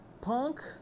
Punk